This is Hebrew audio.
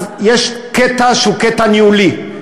אז יש קטע שהוא קטע ניהולי,